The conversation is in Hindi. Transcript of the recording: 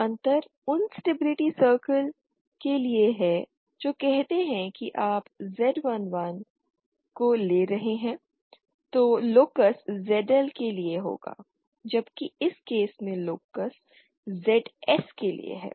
अंतर उन स्टेबिलिटी सर्कल के लिए है जो कहते हैं कि आप Z 11 को ले रहे हैं तो लोकस ZL के लिए होगा जबकि इस केस में लोकस ZS के लिए है